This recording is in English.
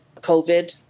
COVID